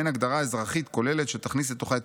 מעין הגדרה אזרחית כוללת שתכניס לתוכה את